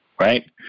Right